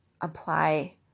apply